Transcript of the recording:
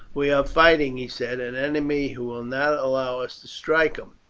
we are fighting, he said, an enemy who will not allow us to strike him.